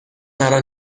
مرا